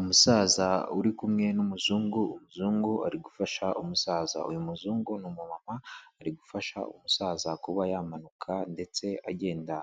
Umusaza uri kumwe n'umuzungu, umuzungu ari gufasha umusaza. Uyu muzungu ni umumama, ari gufasha umusaza kuba yamanuka ndetse agenda